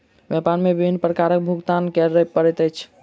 व्यापार मे विभिन्न प्रकारक कर भुगतान करय पड़ैत अछि